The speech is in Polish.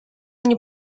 nie